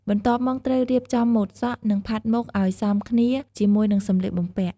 បន្ទាប់មកត្រូវរៀបចំម៉ូដសក់ និងផាត់មុខឱ្យសមគ្នាជាមួយនឹងសម្លៀកបំពាក់។